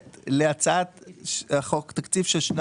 יחולו על הצעת חוק התקציב שמועד הנחתה הוגש במועד